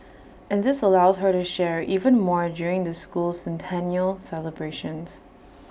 and this allows her to share even more during the school's centennial celebrations